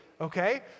Okay